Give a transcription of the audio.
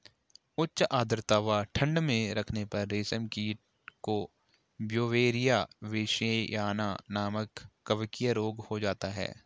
उच्च आद्रता व ठंड में रखने पर रेशम कीट को ब्यूवेरिया बेसियाना नमक कवकीय रोग हो जाता है